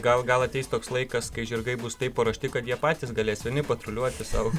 gal gal ateis toks laikas kai žirgai bus taip paruošti kad jie patys galės vieni patruliuoti sau